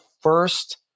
first